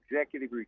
executive